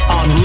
on